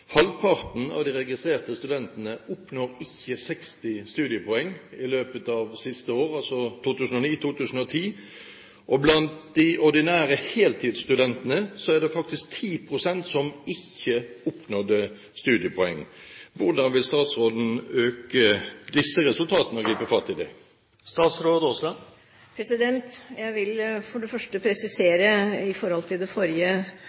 halvparten av de registrerte studentene ikke oppnådde 60 studiepoeng i løpet av siste år, altså 2009–2010. Blant de ordinære heltidsstudentene er det faktisk 10 pst. som ikke oppnådde studiepoeng. Hvordan vil statsråden øke disse resultatene og gripe fatt i dem? Jeg vil for det første presisere til den forrige